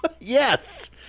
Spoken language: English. Yes